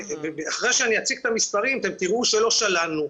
אחרי שאני אציג את המספרים אתם תראו שלא שללנו.